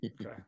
Okay